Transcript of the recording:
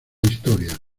historia